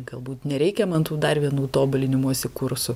galbūt nereikia man tų dar vienų tobulinimosi kursų